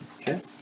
Okay